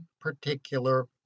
particular